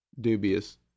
dubious